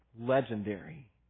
legendary